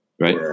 Right